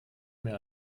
mehr